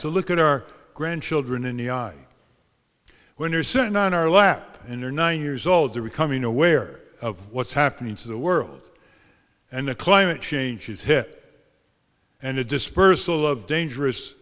to look at our grandchildren in the eyes when you're sitting on our lap and they're nine years old they're recovering aware of what's happening to the world and the climate change is hit and a dispersal of dangerous